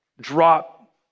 drop